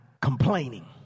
complaining